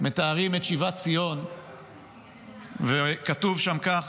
מתארים את שיבת ציון וכתוב שם כך: